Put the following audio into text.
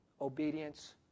obedience